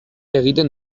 egiten